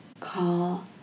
call